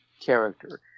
character